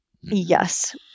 Yes